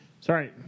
Sorry